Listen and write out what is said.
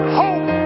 hope